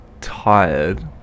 tired